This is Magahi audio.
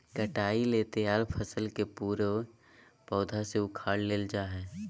कटाई ले तैयार फसल के पूरे पौधा से उखाड़ लेल जाय हइ